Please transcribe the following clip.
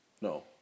No